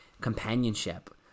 companionship